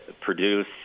produce